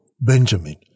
Benjamin